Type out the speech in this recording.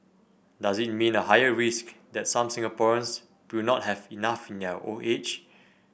does it mean a higher risk that some Singaporeans will not have enough in their old age